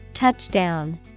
Touchdown